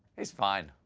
he's fine.